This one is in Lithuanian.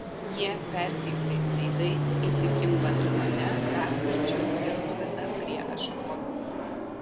jie perkreiptais veidais įsikimba į mane dar tvirčiau ir nuveda prie ešafoto